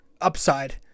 upside